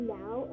now